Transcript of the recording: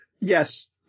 Yes